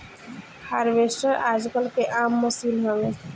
harvester आजकल के आम मसीन हवे